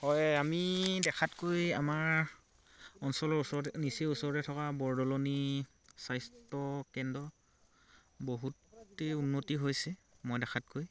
হয় আমি দেখাতকৈ আমাৰ অঞ্চলৰ ওচৰতে নিচেই ওচৰতে থকা বৰদলনি স্বাস্থ্যকেন্দ্ৰ বহুতেই উন্নতি হৈছে মই দেখাতকৈ